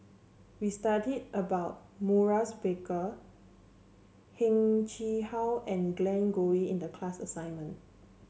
we studied about Maurice Baker Heng Chee How and Glen Goei in the class assignment